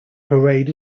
parade